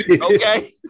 okay